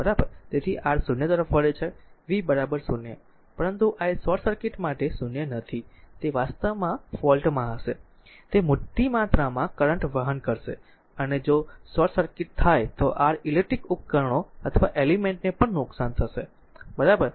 તેથી R 0 તરફ વળે છે v 0 પરંતુ i શોર્ટ સર્કિટ માટે 0 નથી તે વાસ્તવમાં ફોલ્ટમાં હશે તે મોટી માત્રામાં કરંટ વહન કરશે અને જો શોર્ટ સર્કિટ થાય તો r ઈલેક્ટ્રીકલ ઉપકરણો અથવા એલિમેન્ટ ને પણ નુકસાન થશે બરાબર